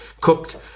cooked